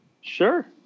Sure